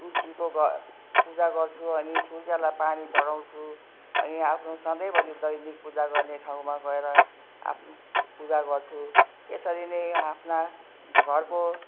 तुलसीको ग पूजा गर्छु अनि सूर्यलाई पानी चढाउँछु अनि आफ्नो सधैँभरि दैनिक पूजा गर्ने ठाउँमा गएर आफ्नो पूजा गर्छु यसरी नै आफ्ना घरको